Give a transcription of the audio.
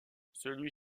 celui